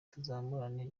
tuzamurane